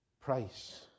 price